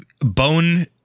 bone